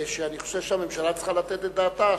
שאני חושב שהממשלה צריכה לתת עליה את דעתה,